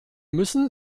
müssen